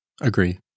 Agree